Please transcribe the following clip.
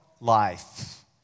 life